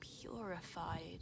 purified